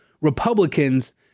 Republicans